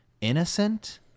innocent